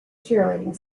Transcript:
cheerleading